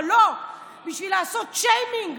אבל לא, בשביל לעשות שיימינג